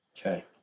okay